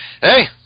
Hey